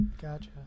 Gotcha